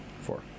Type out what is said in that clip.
Four